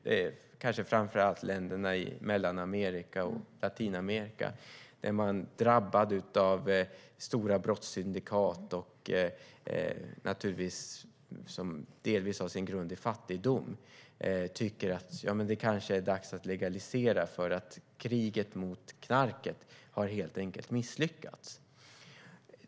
Det gäller kanske framför allt länderna i Mellanamerika och Latinamerika, där man är drabbad av stora brottssyndikat som delvis har sin grund i fattigdom och tycker att det kanske är dags att legalisera eftersom kriget mot knarket helt enkelt har misslyckats.